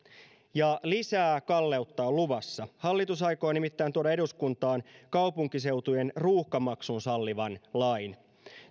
ja lisää kalleutta on luvassa hallitus aikoo nimittäin tuoda eduskuntaan kaupunkiseutujen ruuhkamaksun sallivan lain